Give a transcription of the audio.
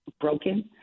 broken